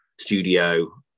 studio